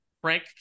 Frank